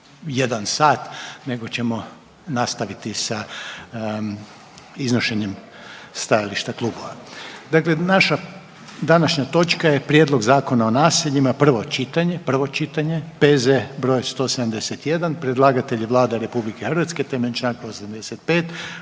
1 sat, nego ćemo nastaviti sa iznošenjem stajališta klubova. Dakle, naša današnja točka je: - Prijedlog Zakona o naseljima, prvo čitanje, P.Z. br. 171; Predlagatelj je Vlada RH temeljem čl. 85.